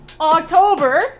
October